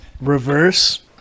reverse